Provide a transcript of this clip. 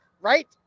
right